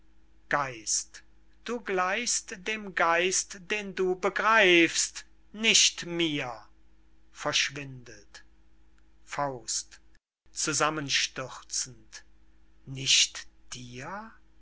dir du gleichst dem geist den du begreifst nicht mir verschwindet faust zusammenstürzend nicht dir